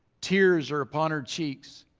tears are upon her cheeks.